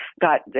got